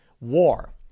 war